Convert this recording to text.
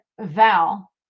Val